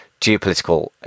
geopolitical